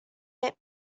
fit